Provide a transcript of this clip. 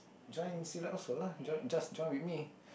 join Silat also lah joi~ just join with me